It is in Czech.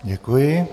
Děkuji.